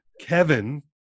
Kevin